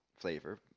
flavor